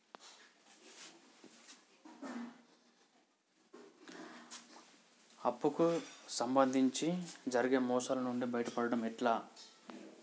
అప్పు కు సంబంధించి జరిగే మోసాలు నుండి బయటపడడం ఎట్లా?